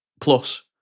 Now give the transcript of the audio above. plus